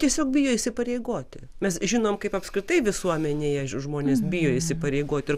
tiesiog bijo įsipareigoti mes žinom kaip apskritai visuomenėje žmonės bijo įsipareigoti ir